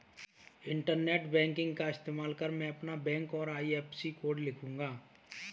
internet banking का इस्तेमाल कर मैं अपना बैंक और आई.एफ.एस.सी कोड लिखूंगा